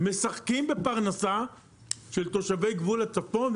משחקים בפרנסה של תושבי גבול הצפון,